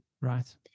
right